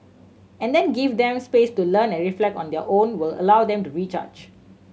and then give them space to learn and reflect on their own will allow them to recharge